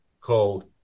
called